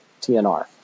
TNR